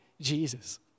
Jesus